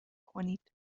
کنید